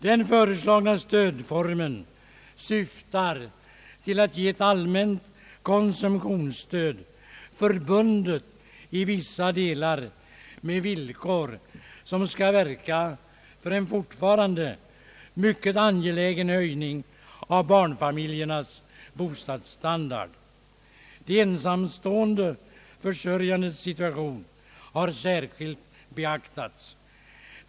Den föreslagna stödformen syftar till att ge ett allmänt konsumtionsstöd förbundet i vissa delar med villkor som skall verka för en fortfarande mycket angelägen höjning av barnfamiljernas bostadsstandard. Ensamstående försörjares situation har särskilt beaktats.